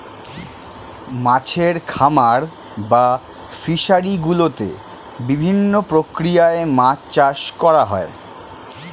মাছের খামার বা ফিশারি গুলোতে বিভিন্ন প্রক্রিয়ায় মাছ চাষ করা হয়